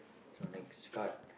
so next card